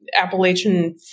Appalachian